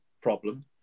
problem